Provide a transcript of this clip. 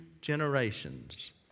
generations